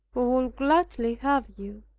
who would gladly have you,